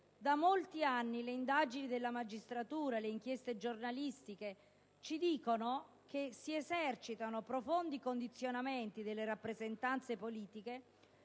Da molti anni le indagini della magistratura e le inchieste giornalistiche ci dicono che si esercitano profondi condizionamenti delle rappresentanze politiche